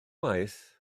waith